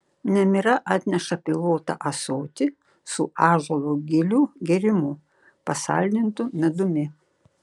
nemira atneša pilvotą ąsotį su ąžuolo gilių gėrimu pasaldintu medumi